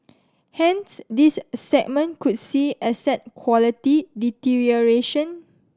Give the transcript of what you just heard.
hence this segment could see asset quality deterioration